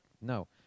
No